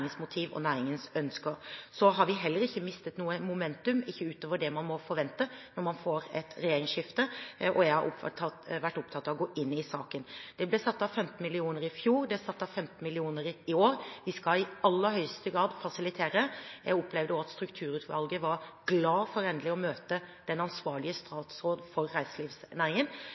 motiv og næringens ønsker. Vi har heller ikke mistet noe «momentum» utover det man må forvente når man får et regjeringsskifte, og jeg har vært opptatt av å gå inn i saken. Det ble satt av 15 mill. kr i fjor, det er satt av 15 mill. kr i år, og vi skal i aller høyeste grad fasilitere. Jeg opplevde også at Strukturutvalget var glad for endelig å møte den ansvarlige statsråd for reiselivsnæringen,